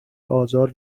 آزار